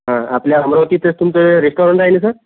हा आपल्या अमरावतीतच तुमचं रेस्टॉरंट आहे ना सर